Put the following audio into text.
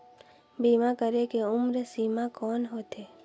बीमा करे के उम्र सीमा कौन होथे?